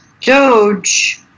Doge